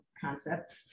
concept